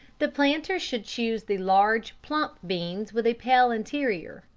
the planter should choose the large plump beans with a pale interior,